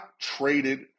traded